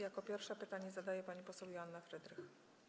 Jako pierwsza pytanie zadaje pani poseł Joanna Frydrych.